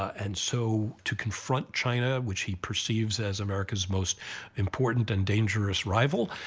and so to confront china, which he perceives as america's most important and dangerous rival,